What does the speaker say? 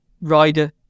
rider